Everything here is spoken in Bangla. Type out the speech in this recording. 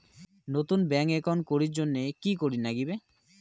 নতুন ব্যাংক একাউন্ট করির জন্যে কি করিব নাগিবে?